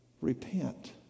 Repent